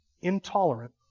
intolerant